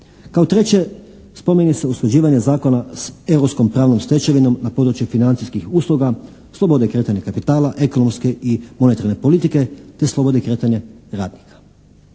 Kao treće, spominje se usklađivanje zakona s europskim pravnom stečevinom na područje financijskih usluga, slobode kretanja kapitala, ekonomske i monetarne politike te slobode kretanja radnika.